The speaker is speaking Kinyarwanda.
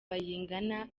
bayingana